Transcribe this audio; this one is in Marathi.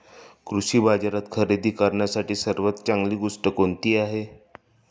कृषी बाजारात खरेदी करण्यासाठी सर्वात चांगली गोष्ट कोणती आहे?